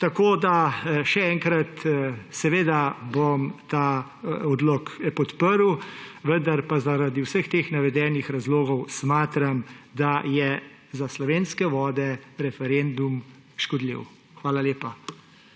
Tako še enkrat, seveda bom ta odlok podprl, vendar pa zaradi vseh teh navedenih razlogov smatram, da je za slovenske vode referendum škodljiv. Hvala lepa.